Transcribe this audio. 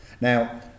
Now